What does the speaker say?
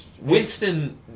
Winston